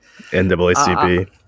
NAACP